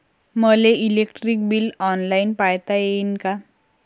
मले electric bill online पायता येईन का?